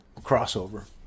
crossover